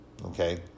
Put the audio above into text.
Okay